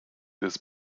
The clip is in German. des